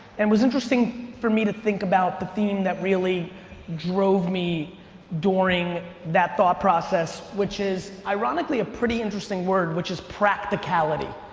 and was interesting for me to think about the theme that really drove me during that thought process, which is ironically a pretty interesting word, which is practicality.